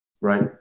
Right